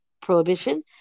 prohibition